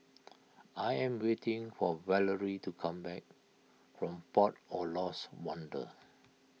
I am waiting for Valery to come back from Port of Lost Wonder